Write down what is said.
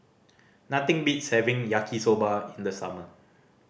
nothing beats having Yaki Soba in the summer